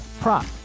prop